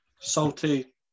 Salty